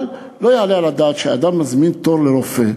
אבל לא יעלה על הדעת שאדם מזמין תור לרופא,